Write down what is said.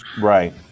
Right